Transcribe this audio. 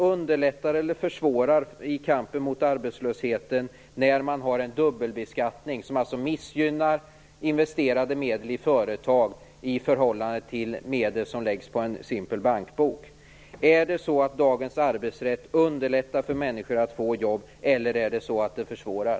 Underlättas eller försvåras kampen mot arbetslösheten av en dubbelbeskattning som missgynnar investerade medel i företag i förhållande till medel som läggs på en simpel bankbok? Underlättar dagens arbetsrätt för människor att få jobb, eller är det så att den försvårar?